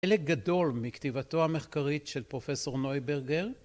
‫חלק גדול מכתיבתו המחקרית ‫של פרופ' נויברגר.